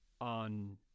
on